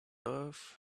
earth